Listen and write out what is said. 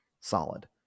solid